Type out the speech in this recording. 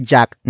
Jack